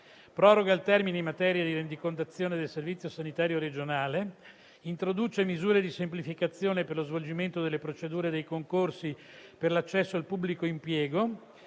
proroga il termine in materia di rendicontazione del servizio sanitario regionale; introduce misure di semplificazione per lo svolgimento delle procedure dei concorsi per l'accesso al pubblico impiego,